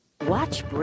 Watch